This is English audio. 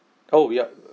oh ya